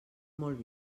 molt